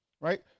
right